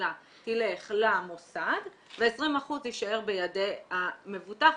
מהגמלה תלך למוסד ו-20% יישאר בידי המבוטח,